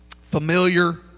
Familiar